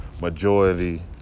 majority